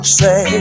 say